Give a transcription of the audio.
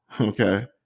okay